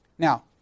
Now